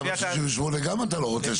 תמ"א 38 גם אתה לא רוצה שיהיה